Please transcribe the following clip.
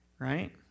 right